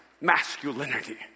masculinity